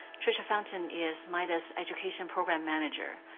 trisha fountain is midas education program manager.